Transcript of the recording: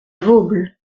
vosbles